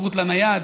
התמכרות לנייד,